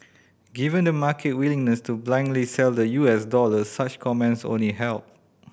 given the market willingness to blindly sell the U S dollar such comments only help